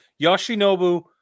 Yoshinobu